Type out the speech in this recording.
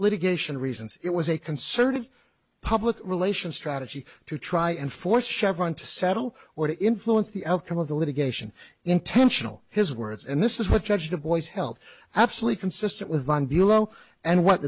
litigation reasons it was a concerted public relations strategy to try and force chevron to settle or to influence the outcome of the litigation intentional his words and this is what judge the boys held absolutely consistent with von bulow and what